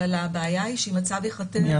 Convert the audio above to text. הבעיה היא שאם הצו ייחתם,